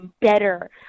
Better